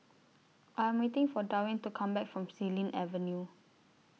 I Am waiting For Darwyn to Come Back from Xilin Avenue